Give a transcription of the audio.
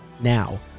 Now